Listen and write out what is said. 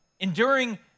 enduring